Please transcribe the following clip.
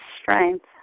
strength